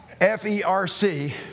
F-E-R-C